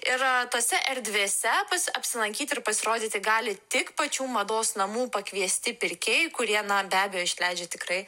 ir tose erdvėse pas apsilankyti ir pasirodyti gali tik pačių mados namų pakviesti pirkėjai kurie na be abejo išleidžia tikrai